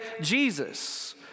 Jesus